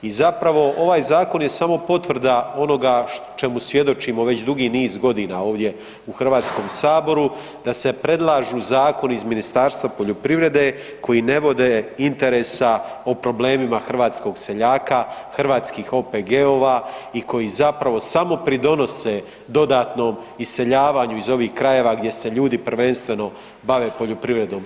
I zapravo ovaj zakon je samo potvrda onoga čemu svjedočimo već dugi niz godina ovdje u HS da se predlažu zakoni iz Ministarstva poljoprivrede koji ne vode interesa o problemima hrvatskog seljaka, hrvatskih OPG-ova i koji zapravo samo pridonose dodatnom iseljavanju iz ovih krajeva gdje se ljudi prvenstveno bave poljoprivredom.